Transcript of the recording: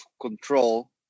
control